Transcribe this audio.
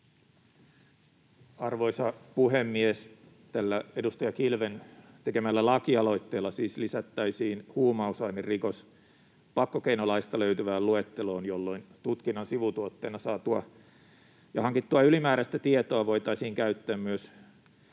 Arvoisa puhemies! Tällä edustaja Kilven tekemällä lakialoitteella siis lisättäisiin huumausainerikos pakkokeinolaista löytyvään luetteloon, jolloin tutkinnan sivutuotteena saatua ja hankittua ylimääräistä tietoa voitaisiin käyttää myös